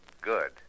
Good